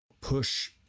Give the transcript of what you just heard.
push